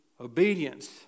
obedience